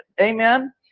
Amen